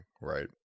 right